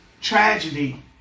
tragedy